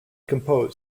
composed